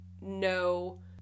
no